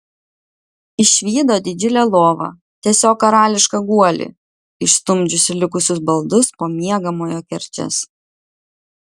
išvydo didžiulę lovą tiesiog karališką guolį išstumdžiusį likusius baldus po miegamojo kerčias